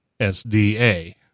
sda